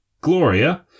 Gloria